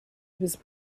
was